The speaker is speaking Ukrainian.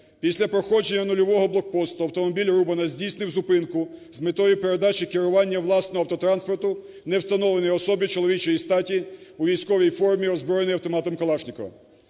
Після проходження нульового блокпосту автомобіль Рубана здійснив зупинку з метою передачі керування власного автотранспорту невстановленої особи чоловічої статі у військовій формі, озброєної автоматом Калашникова.